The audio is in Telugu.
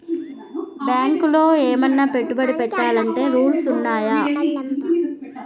బ్యాంకులో ఏమన్నా పెట్టుబడి పెట్టాలంటే రూల్స్ ఉన్నయా?